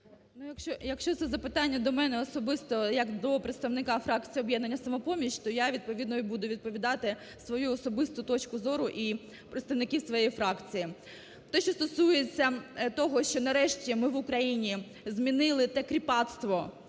Якщо це питання до мене особисто як до представника фракції "Об'єднання "Самопоміч", то я відповідно і буду відповідати свою особисту точку зору і представників своєї фракції. Те, що стосується того, що, нарешті, ми в Україні змінили те кріпацтво,